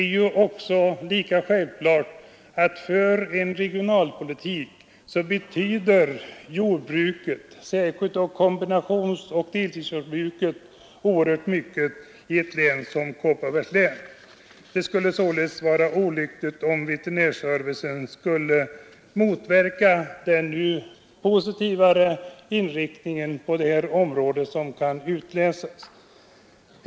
Det är också självklart att för regionalpolitiken betyder jordbruket, särskilt då kombinationsoch deltidsjordbruket, mycket i ett län som Kopparbergs län. Det skulle vara olyckligt om en försämrad veterinärservice skulle motverka den positiva inriktning som kan utläsas på detta område.